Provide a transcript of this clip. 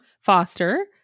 Foster